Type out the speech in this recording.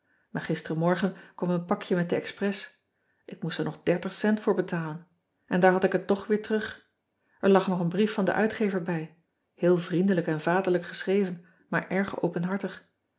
aar gisterenmorgen kwam een pakje met de expres ik moest er nog cent voor betalen en daar had ik het toch weer terug r lag nog een brief van den uitgever bij heel vriendelijk en vaderlijk geschreven maar